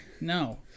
No